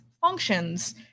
functions